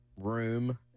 room